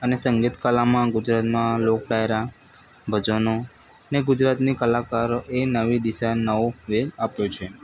અને સંગીત કલામાં ગુજરાતમાં લોક ડાયરા ભજનો ને ગુજરાતની કલાકારો એ નવી દિશા નવો આપ્યો છે